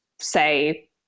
say